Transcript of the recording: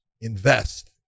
invest